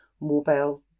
mobile